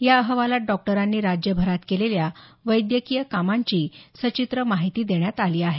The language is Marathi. या अहवालात डॉक्टरांनी राज्यभरात केलेल्या वैद्यकीय कामांची सचित्र माहिती देण्यात आली आहे